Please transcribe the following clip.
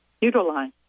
utilize